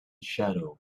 shadow